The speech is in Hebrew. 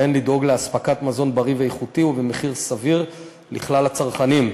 והן לדאוג לאספקת מזון בריא ואיכותי ובמחיר סביר לכלל הצרכנים.